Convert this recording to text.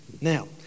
Now